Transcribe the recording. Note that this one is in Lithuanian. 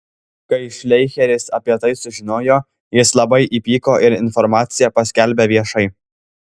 kai šleicheris apie tai sužinojo jis labai įpyko ir informaciją paskelbė viešai